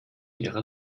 ihrer